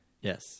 Yes